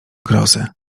grozy